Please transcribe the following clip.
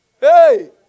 hey